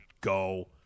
go